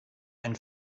ein